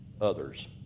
others